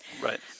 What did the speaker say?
Right